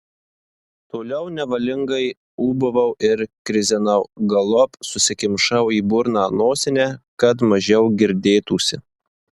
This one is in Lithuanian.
toliau nevalingai ūbavau ir krizenau galop susikimšau į burną nosinę kad mažiau girdėtųsi